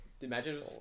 Imagine